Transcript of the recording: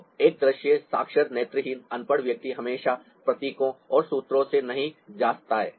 तो एक दृश्य साक्षर नेत्रहीन अनपढ़ व्यक्ति हमेशा प्रतीकों और सूत्रों से नहीं जाता है